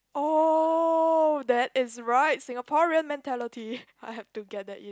oh that is right Singaporean mentality I have to get that in